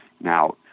Now